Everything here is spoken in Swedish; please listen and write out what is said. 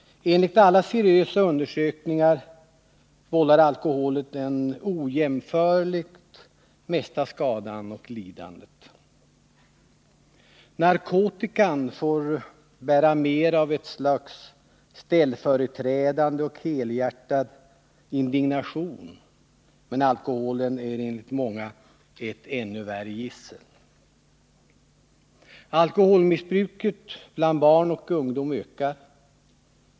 Enligt alla seriösa undersökningar vållar alkoholen den ojämförligt största skadan och det största lidandet. Narkotikan är föremål för ett slags ställföreträdande men helhjärtad indignation, men enligt många är alkoholen ett ännu värre gissel. Alkoholmissbruket bland barn och ungdom ökar.